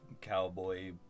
cowboy